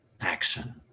action